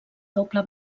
doble